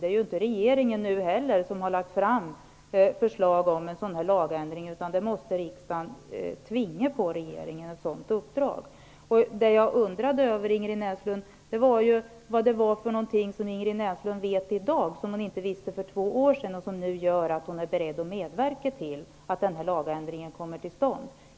Nu är det inte heller regeringen som har lagt fram förslag om en lagändring, utan det uppdraget måste riksdagen tvinga på regeringen. Jag undrade över vad Ingrid Näslund vet i dag som hon inte visste för två år sedan och som nu gör att hon är beredd att medverka till att den här lagändringen kommer till stånd.